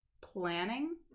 planning